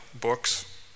books